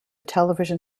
television